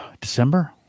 December